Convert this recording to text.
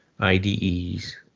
IDEs